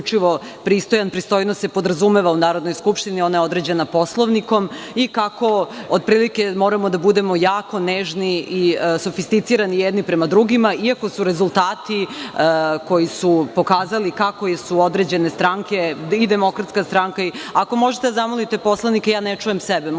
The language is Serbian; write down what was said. pristojnost se podrazumeva u Narodnoj skupštini, ona je određena Poslovnikom, i kako otprilike moramo da budemo jako nežni i sofisticirani jedni prema drugima, iako su rezultati koji su pokazali kako su određene stranke…Ako možete da zamolite poslanike, ja ne čujem sebe. Možda me oni čuju.